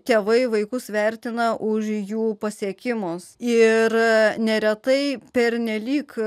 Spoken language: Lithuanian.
tėvai vaikus vertina už jų pasiekimus ir neretai pernelyg